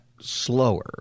slower